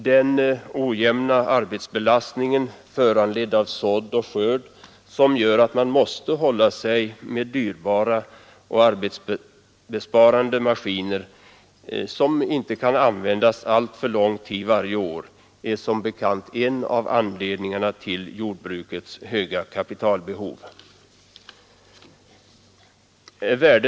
Den ojämna arbetsbelastningen, föranledd av sådd och skörd, som gör att man måste hålla sig med arbetsbesparande men dyrbara maskiner vilka inte kan användas alltför lång tid varje år, är som bekant en av anledningarna till jordbrukets höga kapitalbehov.